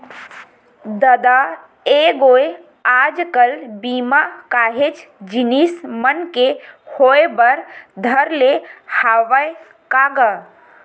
ददा ऐ गोय आज कल बीमा काहेच जिनिस मन के होय बर धर ले हवय का गा?